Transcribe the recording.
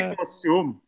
costume